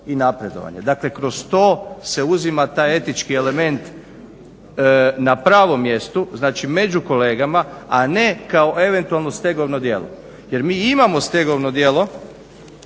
i napredovanje. Dakle kroz to se uzima taj etički element na pravom mjestu, znači među kolegama, a ne kao eventualno stegovno djelo. Jer mi imao stegovno djelo,